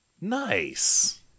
nice